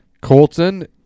Colton